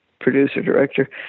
producer-director